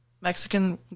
Mexican